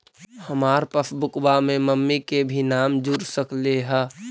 हमार पासबुकवा में मम्मी के भी नाम जुर सकलेहा?